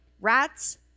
Rats